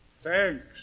Thanks